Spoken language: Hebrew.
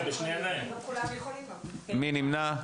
מי נמנע?